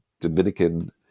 Dominican